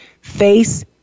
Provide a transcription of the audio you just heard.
Face